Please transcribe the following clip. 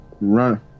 run